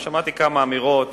ושמעתי כמה אמירות